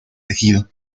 tejido